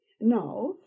Now